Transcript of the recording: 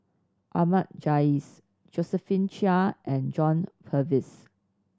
Ahmad Jais Josephine Chia and John Purvis